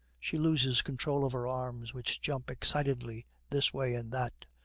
she loses control of her arms, which jump excitedly this way and that.